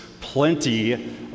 plenty